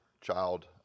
child